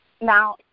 Now